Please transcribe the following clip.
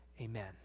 amen